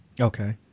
Okay